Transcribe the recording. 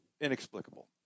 inexplicable